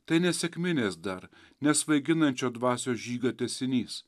tai ne sekminės dar nesvaiginančio dvasios žygio tęsinys